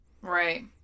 Right